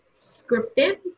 scripted